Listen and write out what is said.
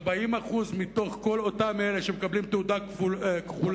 40% מתוך כל אותם אלה שמקבלים תעודה כחולה,